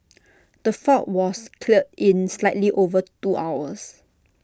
the fault was cleared in slightly over two hours